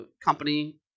company